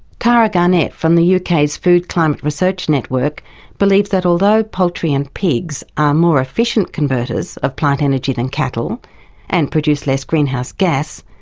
tara garnett from the yeah uk's food climate research network believes that although poultry and pigs are more efficient converters of plant energy than cattle and produce less greenhouse gas,